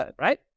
right